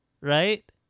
Right